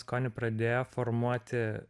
skonį pradėjo formuoti